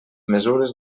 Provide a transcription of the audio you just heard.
mesures